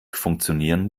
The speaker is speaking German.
funktionieren